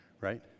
Right